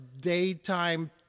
daytime